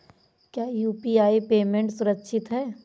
क्या UPI payment सुरक्षित है?